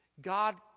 God